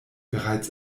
bereits